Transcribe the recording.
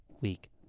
week